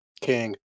King